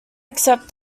accept